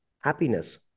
happiness